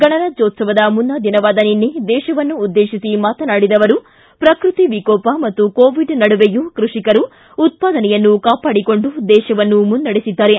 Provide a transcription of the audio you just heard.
ಗಣರಾಜ್ಯೋತ್ಸವದ ಮುನ್ನಾ ದಿನವಾದ ನಿನ್ನೆ ದೇಶವನ್ನು ಉದ್ದೇಶಿಸಿ ಮಾತನಾಡಿದ ಅವರು ಪ್ರಕೃತಿ ವಿಕೋಪ ಮತ್ತು ಕೋವಿಡ್ ನಡುವೆಯೂ ಕೃಷಿಕರೂ ಉತ್ಪಾದನೆಯನ್ನು ಕಾಪಾಡಿಕೊಂಡು ದೇಶವನ್ನು ಮುನ್ನಡೆಸಿದ್ದಾರೆ